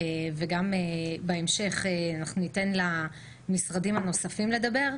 בהמשך ניתן גם למשרדים הנוספים לדבר.